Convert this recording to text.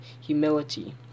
humility